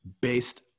based